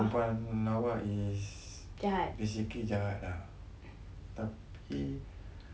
perempuan lawa is basically jahat ah tapi